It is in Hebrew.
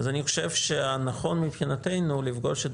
אז אני חושב שהנכון מבחינתנו זה לפגוש את